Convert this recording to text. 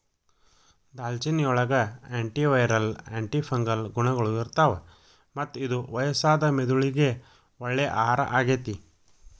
ದಾಲ್ಚಿನ್ನಿಯೊಳಗ antiviral, antifungal ಗುಣಗಳು ಇರ್ತಾವ, ಮತ್ತ ಇದು ವಯಸ್ಸಾದ ಮೆದುಳಿಗೆ ಒಳ್ಳೆ ಆಹಾರ ಆಗೇತಿ